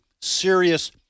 serious –